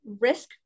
risk